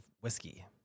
whiskey